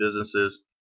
businesses